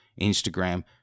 Instagram